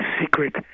secret